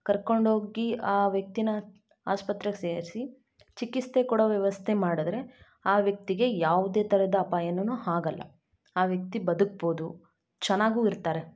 ಕರ್ಕೊಂಡೋಗಿ ಆ ವ್ಯಕ್ತೀನ ಆಸ್ಪತ್ರೆಗೆ ಸೇರಿಸಿ ಚಿಕಿತ್ಸೆ ಕೊಡೋ ವ್ಯವಸ್ಥೆ ಮಾಡಿದ್ರೆ ಆ ವ್ಯಕ್ತಿಗೆ ಯಾವ್ದೇ ಥರದ ಅಪಾಯನೂ ಆಗಲ್ಲ ಆ ವ್ಯಕ್ತಿ ಬದುಕ್ಬೋದು ಚೆನ್ನಾಗೂ ಇರ್ತಾರೆ